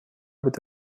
with